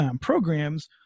programs